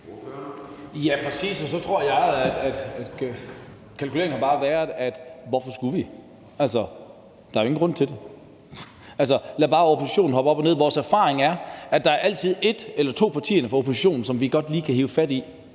Ja, præcis, og så tror jeg, at kalkuleringen bare har været: Hvorfor skulle de? Der er jo ingen grund til det. Lad bare oppositionen hoppe op og ned. Erfaringen er, at der altid er et eller to af partierne fra oppositionen, som de godt lige kan hive fat i.